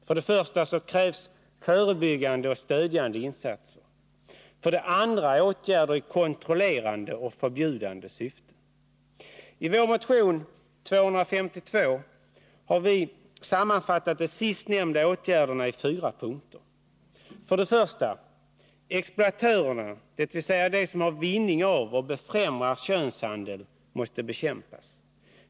För det första krävs förebyggande och stödjande insatser. För det andra behövs åtgärder av kontrollerande och förbjudande slag. I vår motion 252 har vi sammanfattat de sistnämnda åtgärderna i fyra punkter: 1. Exploatörerna, dvs. de som har vinning av och befrämjar könshandel, måste bekämpas.